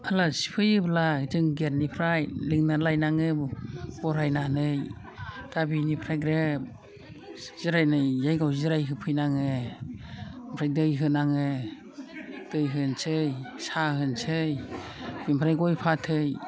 आलासि फैयोब्ला जों गेटनिफ्राय लिंना लायनाङो बरायनानै दा बिनिफ्रायनो जिरायनाय जायगायाव जिरायहोफैनाङो ओमफ्राय दै होनाङो दै होनोसै साहा होनोसै ओमफ्राय गय फाथै